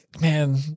man